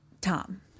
Tom